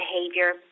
behavior